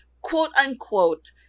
quote-unquote